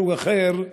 מסוג אחר,